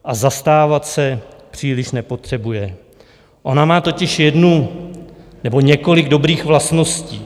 A zastávat se příliš nepotřebuje, ona má totiž jednu nebo několik dobrých vlastností.